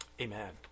Amen